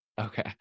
Okay